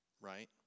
right